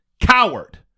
coward